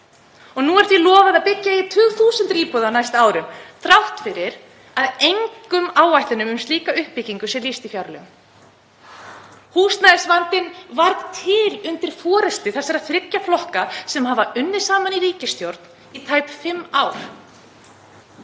og nú er því lofað að byggja eigi tugþúsundir íbúða á næstu árum þrátt fyrir að engum áætlunum um slíka uppbyggingu sé lýst í fjárlögum. Húsnæðisvandinn varð til undir forystu þessara þriggja flokka sem hafa unnið saman í ríkisstjórn í tæp fimm ár.